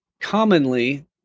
commonly